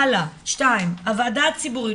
הלאה, שתיים, הוועדה הציבורית.